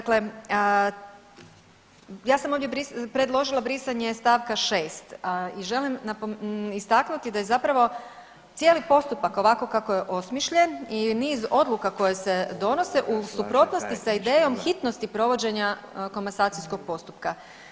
Dakle, ja sam ovdje predložila brisanje st. 6. i želim istaknuti da je zapravo cijeli postupak ovako kako je osmišljen i niz odluka koje se donose u suprotnosti sa idejom hitnosti provođenja komasacijskog postupka.